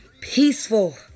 Peaceful